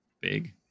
big